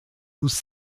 muss